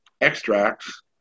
extracts